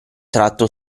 tratto